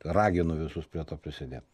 raginu visus prie to prisidėt